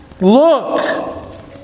look